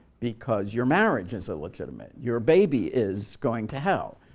because your marriage is illegitimate, your baby is going to hell,